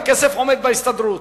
והכסף עומד בהסתדרות.